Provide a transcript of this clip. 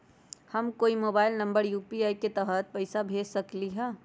हम कोई के मोबाइल नंबर पर यू.पी.आई के तहत पईसा कईसे भेज सकली ह?